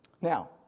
Now